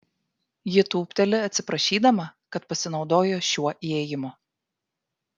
ji tūpteli atsiprašydama kad pasinaudojo šiuo įėjimu